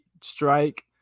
strike